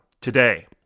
today